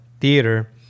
theater